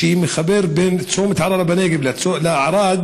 שמחבר בין צומת ערערה בנגב לערד,